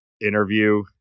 interview